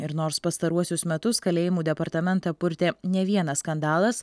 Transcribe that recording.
ir nors pastaruosius metus kalėjimų departamentą purtė ne vienas skandalas